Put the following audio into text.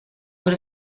por